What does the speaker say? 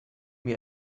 mir